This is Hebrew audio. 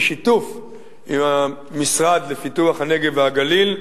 בשיתוף עם המשרד לפיתוח הנגב והגליל,